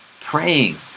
Praying